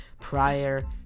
prior